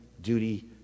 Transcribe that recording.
duty